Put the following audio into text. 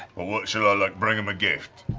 what should i, like, bring him a gift?